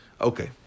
Okay